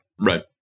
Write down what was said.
Right